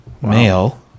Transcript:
Male